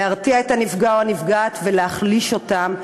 להרתיע את הנפגע או הנפגעת ולהחליש אותם,